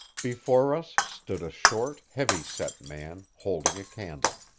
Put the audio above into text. before us stood a short, heavy-set man, holding a candle.